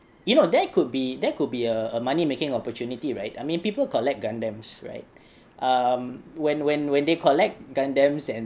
you know that could be that could be a money making opportunity right I mean people collect gundams right um when when when they collect gundams and